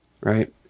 right